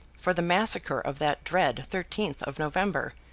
for the massacre of that dread thirteenth of november,